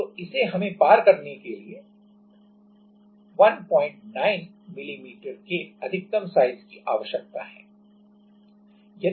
तो हमें इसे पार करने के लिए 19 मिमी के अधिकतम साइज की आवश्यकता है